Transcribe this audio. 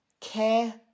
care